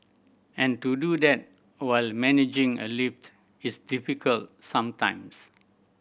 and to do that while managing a lift is difficult sometimes